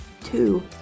two